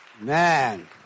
Man